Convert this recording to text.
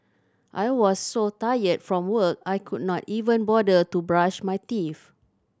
I was so tired from work I could not even bother to brush my teeth